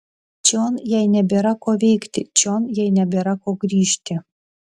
čion jai nebėra ko veikti čion jai nebėra ko grįžti